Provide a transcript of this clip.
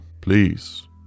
please